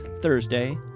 Thursday